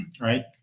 right